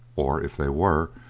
or if they were,